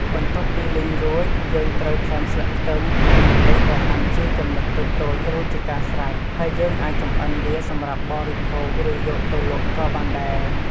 បន្ទាប់ពីលីងរួច យើងត្រូវថែមស្លឹកខ្ទឹម និងម្ទេសដែលហាន់ជាចំណិតតូចៗរួចជាការស្រេច ហើយយើងអាចចម្អិនវាសម្រាប់បរិភោគ ឬយកទៅលក់ក៏បានដែរ។